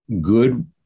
good